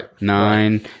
nine